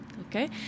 Okay